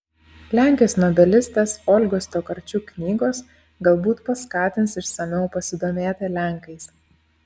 lenkės nobelistės olgos tokarčuk knygos galbūt paskatins išsamiau pasidomėti lenkais